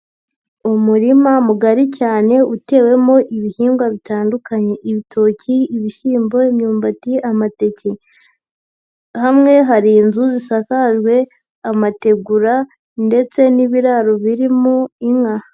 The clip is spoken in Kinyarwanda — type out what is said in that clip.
Umurima mugari cyane utewemo ibihingwa bitandukanye: ibitoki, ibishyimbo, imyumbati, amateke. Hamwe hari inzu zisakajwe amategura ndetse n'ibiraro birimo inka.